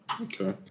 Okay